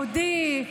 יהודי,